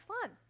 fun